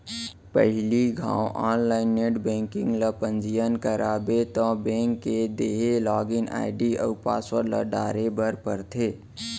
पहिली घौं online net banking ल पंजीयन करबे तौ बेंक के देहे लागिन आईडी अउ पासवर्ड ल डारे बर परथे